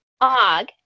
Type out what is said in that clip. Og